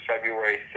february